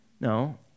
No